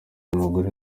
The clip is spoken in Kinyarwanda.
umugore